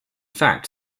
fact